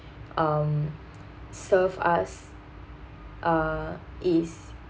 um serve us uh it's